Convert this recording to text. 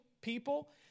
people